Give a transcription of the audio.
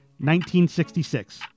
1966